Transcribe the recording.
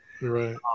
right